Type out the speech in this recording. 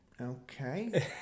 okay